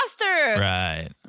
Right